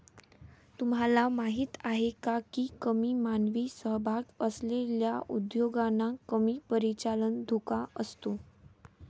तुम्हाला माहीत आहे का की कमी मानवी सहभाग असलेल्या उद्योगांना कमी परिचालन धोका असतो?